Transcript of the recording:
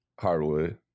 Hardwood